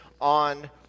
on